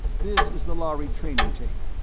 this is the lhari training tape.